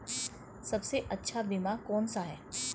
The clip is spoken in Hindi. सबसे अच्छा बीमा कौन सा है?